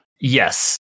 Yes